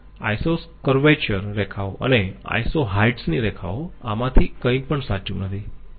iso curvature રેખાઓ અને isoheights ની રેખાઓ આમાંથી કઈ પણ સાચું નથી